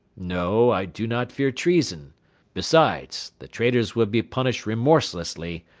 no, i do not fear treason besides, the traitors would be punished remorselessly,